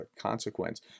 consequence